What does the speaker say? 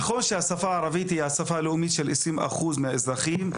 נכון שהשפה הערבית היא השפה הלאומית של 20% מהאזרחים,